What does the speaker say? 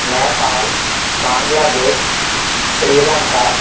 Nepal Bangladesh Sri Lanka